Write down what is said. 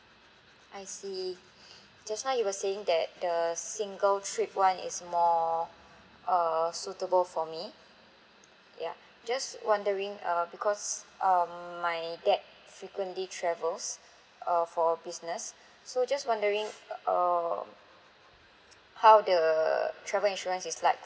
I see just now you were saying that the single trip one is more uh suitable for me ya just wondering uh because um my dad frequently travels uh for business so just wondering uh how the travel insurance is like